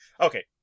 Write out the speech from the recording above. okay